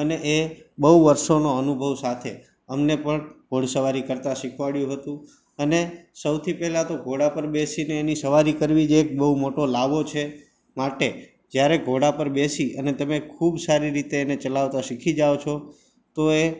અને એ બહુ વર્ષોનો અનુભવ સાથે અમને પણ ઘોડેસવારી કરતા શીખવાડ્યું હતું અને સૌથી પહેલાં તો ઘોડા પર બેસીને એની સવારી કરવી જ એક બહુ મોટો લાહ્વો છે માટે જયારે ઘોડા પર બેસી અને તમે ખૂબ સારી રીતે એને ચલાવતા શીખી જાવ છો તો એ